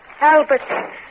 Albert